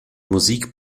musik